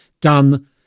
done